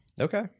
Okay